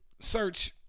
Search